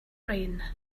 rain